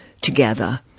together